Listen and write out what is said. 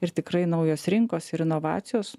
ir tikrai naujos rinkos ir inovacijos